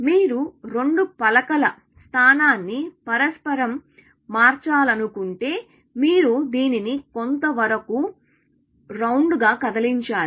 మీరు రెండు పలకల స్థానాన్ని పరస్పరం మార్చాలనుకుంటే మీరు దీనిని కొంత వరకు రౌండ్ గా కదలించాలి